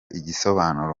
igisobanuro